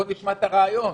בוא נשמע את הרעיון.